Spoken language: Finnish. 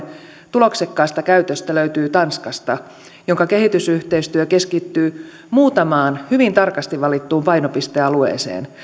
tuloksekkaasta käytöstä löytyy tanskasta jonka kehitysyhteistyö keskittyy muutamaan hyvin tarkasti valittuun painopistealueeseen